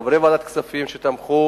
לחברי ועדת הכספים שתמכו,